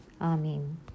Amen